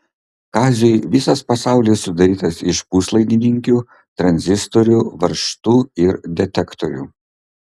kaziui visas pasaulis sudarytas iš puslaidininkių tranzistorių varžtų ir detektorių